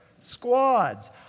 squads